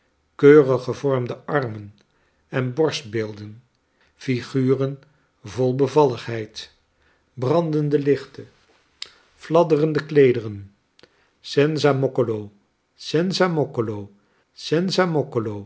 achteruitspringen keuriggevormde armen en borstbeelden figuren vol bevalligheid brandende lichten fladderende kleederen senza moccolo senza moccolo senza